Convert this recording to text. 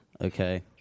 okay